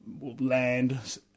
land